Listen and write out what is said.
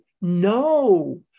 No